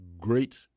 great